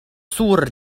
sur